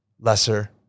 lesser